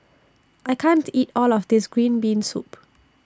I can't eat All of This Green Bean Soup